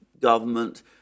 government